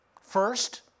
First